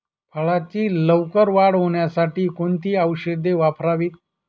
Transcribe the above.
फळाची लवकर वाढ होण्यासाठी कोणती औषधे वापरावीत?